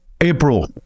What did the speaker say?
April